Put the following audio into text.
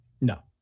No